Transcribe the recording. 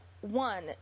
one